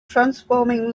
transforming